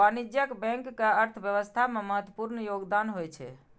वाणिज्यिक बैंक के अर्थव्यवस्था मे महत्वपूर्ण योगदान होइ छै